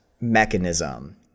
mechanism